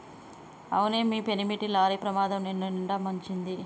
అవునే మీ పెనిమిటి లారీ ప్రమాదం నిన్నునిండా ముంచింది